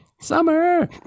summer